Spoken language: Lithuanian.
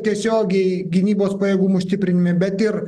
tiesiogiai gynybos pajėgumų stiprinimui bet ir